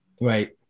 Right